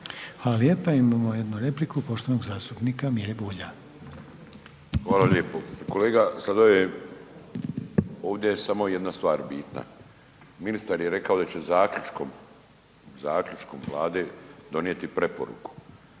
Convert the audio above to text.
Hvala lijepa. Imamo jednu repliku poštovanog zastupnika Mire Bulja. **Bulj, Miro (MOST)** Hvala lijepo. Kolega Sladoljev, ovdje je samo jedna stvar bitna. Ministar je rekao da će zaključkom, zaključkom Vlade donijeti preporuku.